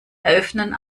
eröffnen